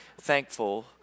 thankful